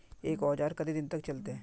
एक औजार केते दिन तक चलते?